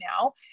now